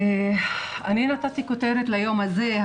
אני נתתי כותרת ליום הזה,